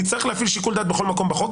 נצטרך להפעיל שיקול דעת בכל מקום בחוק.